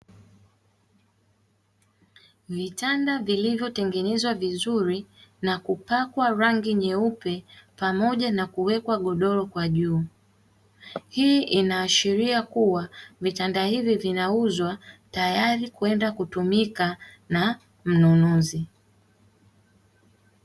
Vitanda vilivyotengenezwa vizuri na kupakwa rangi nyeupe pamoja na kuwekwa godoro kwa juu, hii inaashiria kuwa vitanda hivi vinauzwa tayari kwenda kutumika na mnunuzi.